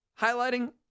highlighting